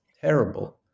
terrible